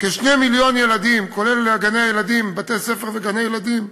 כ-2 מיליון ילדים, כולל בתי-ספר וגני-הילדים,